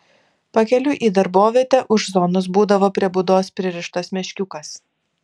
pakeliui į darbovietę už zonos būdavo prie būdos pririštas meškiukas